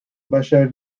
بشر